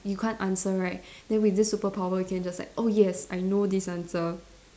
you can't answer right then with this superpower you can just like oh yes I know this answer